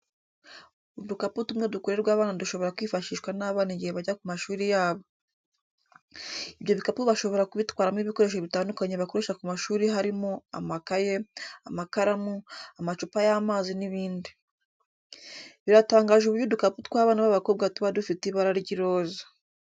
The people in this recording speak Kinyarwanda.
Udukapu tumwe dukorerwa abana dushobora kwifashishwa n'abana igihe bajya ku mashuri yabo. Ibyo bikapu bashobora kubitwaramo ibikoresho bitandukanye bakoresha ku mashuri harimo: amakaye, amakaramu, amacupa y'amazi n'ibindi. Biratangaje uburyo udukapu tw'abana b'abakobwa tuba dufite ibara ry'iroza.